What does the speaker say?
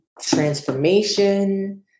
transformation